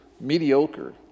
mediocre